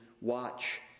watch